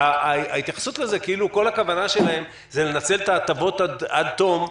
ההתייחסות לזה כאילו כל הכוונה שלהם זה לנצל את ההטבות עד תום,